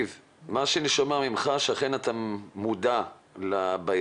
מה שאני שומע ממך שאכן אתה מודע לבעיה.